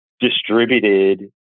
distributed